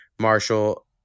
Marshall